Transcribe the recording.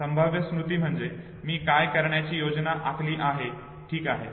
संभाव्य स्मृती म्हणजे मी काय करण्याची योजना आखली आहे ठीक आहे